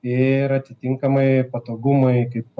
ir atitinkamai patogumai kaip